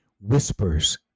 whispers